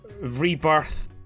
rebirth